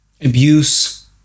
abuse